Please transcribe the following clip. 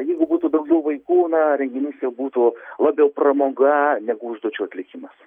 jeigu būtų daugiau vaikų na renginys čia būtų labiau pramoga negu užduočių atlikimas